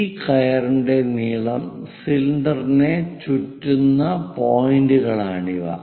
ഈ കയറിന്റെ നീളം സിലിണ്ടറിനെ ചുറ്റുന്ന പോയിന്റുകളാണ് ഇവ